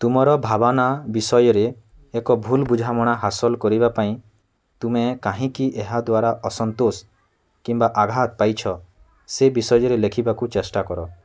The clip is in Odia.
ତୁମର ଭାବନା ବିଷୟରେ ଏକ ଭଲ ବୁଝାମଣା ହାସଲ କରିବା ପାଇଁ ତୁମେ କାହିଁକି ଏହା ଦ୍ୱାରା ଅସନ୍ତୋଷ କିମ୍ବା ଆଘାତ ପାଇଛ ସେ ବିଷୟରେ ଲେଖିବାକୁ ଚେଷ୍ଟା କର